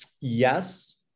yes